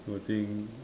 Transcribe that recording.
watching